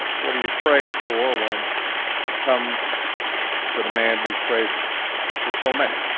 what do you pray for when it comes to the man who has prayed for so many?